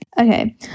Okay